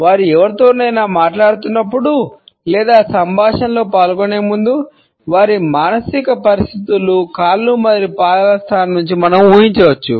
వారు ఎవరితోనైనా మాట్లాడుతున్నప్పుడు లేదా సంభాషణలో పాల్గొనే ముందు వారి మానసిక పరిస్థితులు కాళ్ళు మరియు పాదాల స్థానం నుండి మనం ఊహించవచ్చు